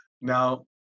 Now